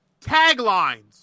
Taglines